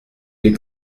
les